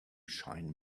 shine